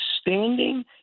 standing